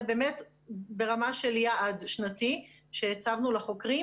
באמת ברמה של יעד שנתי שהצבנו לחוקרים